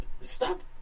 stop